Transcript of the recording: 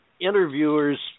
interviewers